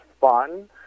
fun